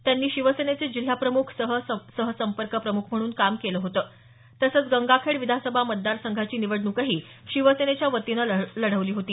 त्यांनी शिवसेनेचे जिल्हाप्रमुख सहसंपर्क प्रमुख म्हणून काम केलं होतं तसंच गंगाखेड विधानसभा मतदार संघाची निवडणुकही शिवसेनेच्या वतीनं लढवली होती